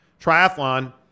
triathlon